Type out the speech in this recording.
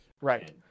Right